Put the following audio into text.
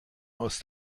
aus